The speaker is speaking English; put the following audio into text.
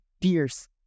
tears